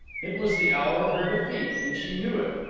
it was the hour of her defeat, and she knew it.